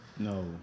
No